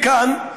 לכאן,